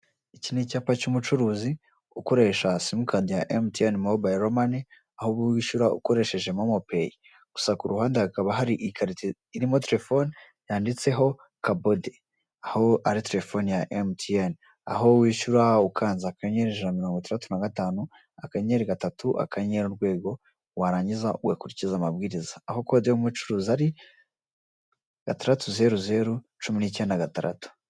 Iki ni icyapa cy'umucuruzi, ukoresha simukadi ya MtN mobiyire moni aho wishyura ukoresheje MoMo pay, gusa k'uruhande hakaba hari ikarito irimo terefoni yanditseho kabodi, aho ari terefoni ya MTN,aho wishyura ukanze aka nyenyeri ijana na mirongw'itandatu na gatanu; aka nyenyeri; gatatu; akanyenyeri; urwego warangiza, ugakurikiza amabwiriza; aho kode y'umucuruzi ari:gatandatu; zeru zeru; cumi n'icyenda; gatandatu.